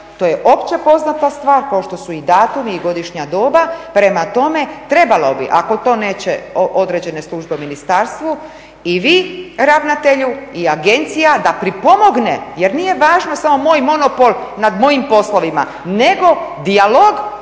to je opće poznata stvar kao što su i datumi i godišnja doba, prema tome trebalo bi ako to neće određene službe u ministarstvu i vi ravnatelju i agencija da pripomogne. Jer nije važno samo moj monopol nad mojih poslovima, nego dijalog